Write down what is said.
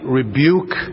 rebuke